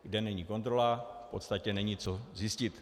Kde není kontrola, v podstatě není co zjistit.